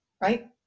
Right